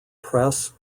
press